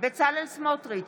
בצלאל סמוטריץ'